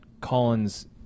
Collins